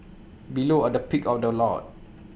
below are the pick of the lot